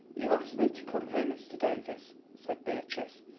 you asked me to come here, mr. davies, said beatrice,